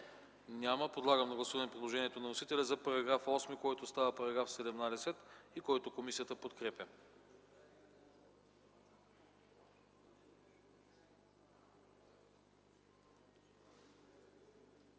Няма. Подлагам на гласуване предложението на вносителя за § 11, който става § 19 и който комисията подкрепя.